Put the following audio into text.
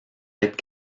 être